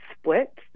split